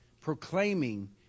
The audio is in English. proclaiming